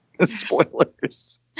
spoilers